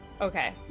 okay